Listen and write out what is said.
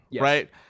Right